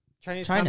Chinese